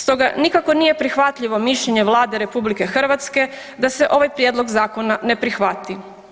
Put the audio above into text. Stoga nikako nije prihvatljivo mišljenje Vlade RH da se ovaj prijedlog zakona ne prihvati.